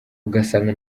ugasanga